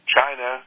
China